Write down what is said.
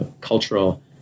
cultural